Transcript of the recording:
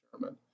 German